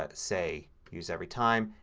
ah say use every time,